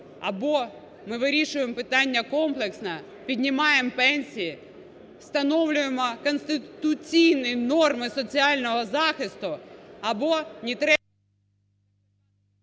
Або ми вирішуємо питання комплексно, піднімаємо пенсії, встановлюємо конституційні норми соціального захисту. Або…